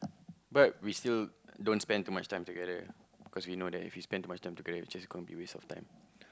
but we still don't spent too much time together cause we know that if we spent too much time together we just gonna be waste of time